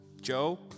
Joe